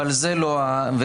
אבל זה לא העניין.